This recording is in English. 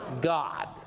God